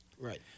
Right